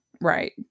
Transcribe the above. Right